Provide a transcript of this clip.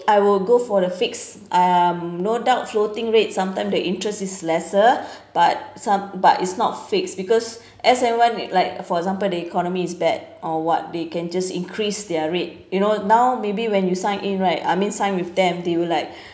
I will go for the fixed um no doubt floating rate sometime the interest is lesser but some but it's not fixed because as and one like for example the economy is bad or what they can just increase their rate you know now maybe when you sign in right I mean sign with them they will like